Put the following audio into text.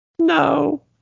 No